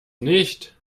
nicht